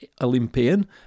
Olympian